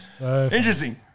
Interesting